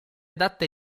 adatta